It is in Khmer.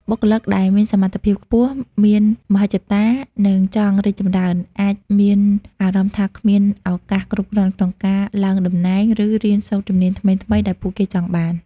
បុគ្គលិកដែលមានសមត្ថភាពខ្ពស់ មានមហិច្ឆតា និងចង់រីកចម្រើន អាចមានអារម្មណ៍ថាគ្មានឱកាសគ្រប់គ្រាន់ក្នុងការឡើងតំណែង ឬរៀនសូត្រជំនាញថ្មីៗដែលពួកគេចង់បាន។